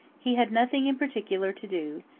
he had nothing in particular to do,